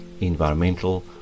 environmental